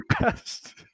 best